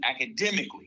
academically